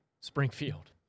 Springfield